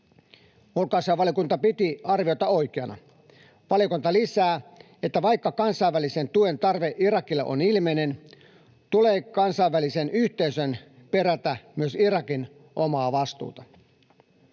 Ulkoasiainvaliokunta piti arviota oikeana. Valiokunta lisää, että vaikka kansainvälisen tuen tarve Irakille on ilmeinen, tulee kansainvälisen yhteisön perätä myös Irakin omaa vastuuta.